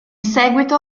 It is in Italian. seguito